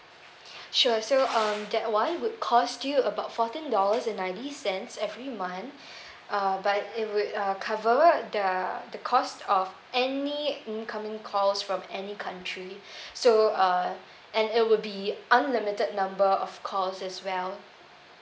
sure so um that one would cost you about fourteen dollars and ninety cents every month uh but it will uh cover the the cost of any incoming calls from any country so uh and it will be unlimited number of calls as well